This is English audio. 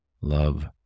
love